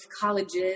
colleges